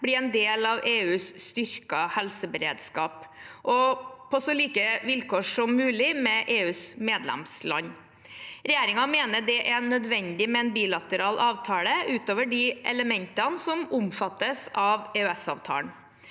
blir en del av EUs styrkede helseberedskap, på så like vilkår som mulig med EUs medlemsland. Regjeringen mener det er nødvendig med en bilateral avtale utover de elementene som omfattes av EØS-avtalen.